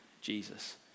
Jesus